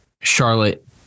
Charlotte